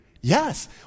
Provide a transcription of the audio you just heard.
Yes